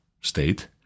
state